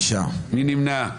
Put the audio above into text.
1 נמנע.